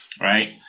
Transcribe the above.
right